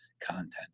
content